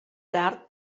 tard